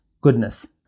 goodness